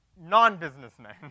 non-businessmen